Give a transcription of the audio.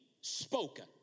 spoken